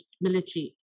military